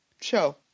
show